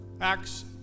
Acts